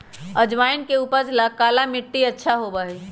अजवाइन के उपज ला काला मट्टी अच्छा होबा हई